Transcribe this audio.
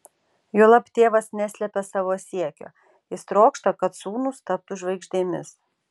juolab tėvas neslepia savo siekio jis trokšta kad sūnūs taptų žvaigždėmis